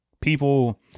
people